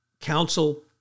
Council